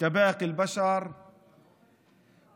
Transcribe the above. כמו שאר בני האדם,